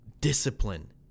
discipline